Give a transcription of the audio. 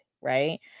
right